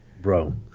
Bro